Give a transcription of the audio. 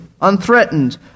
unthreatened